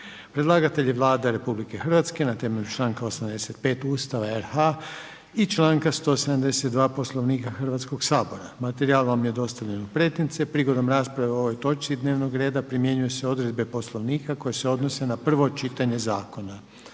Predlagatelj je Vlada RH, na temelju članka 85. Ustava RH i članka 172. Poslovnika Hrvatskoga sabora. Materijal vam je dostavljen u pretince. Prigodom rasprave o ovoj točci dnevnog reda primjenjuju se odredbe Poslovnika koje se odnose na prvo čitanje zakona.